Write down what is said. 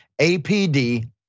APD